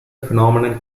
phenomenon